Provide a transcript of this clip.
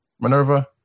Minerva